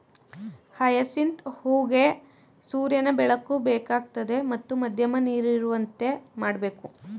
hyacinth ಹೂಗೆ ಸೂರ್ಯನ ಬೆಳಕು ಬೇಕಾಗ್ತದೆ ಮತ್ತು ಮಧ್ಯಮ ನೀರಿರುವಂತೆ ಮಾಡ್ಬೇಕು